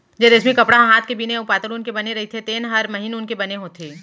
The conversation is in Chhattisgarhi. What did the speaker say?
जेन रेसमी कपड़ा ह हात के बिने अउ पातर ऊन के बने रइथे तेन हर महीन ऊन के बने होथे